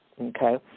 okay